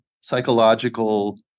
psychological